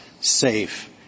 safe